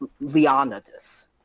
Leonidas